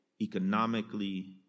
economically